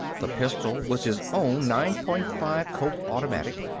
the pistol was his own nine point five colt automatic.